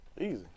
Easy